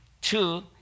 Two